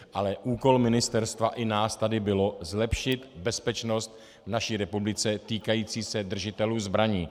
Ale úkol ministerstva i nás tady byl zlepšit bezpečnost v naší republice týkající se držitelů zbraní.